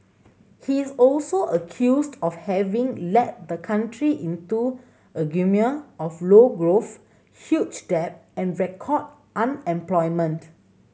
he is also accused of having led the country into a of low growth huge debt and record unemployment